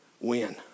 win